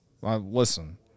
listen